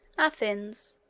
athens,